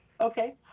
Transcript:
Okay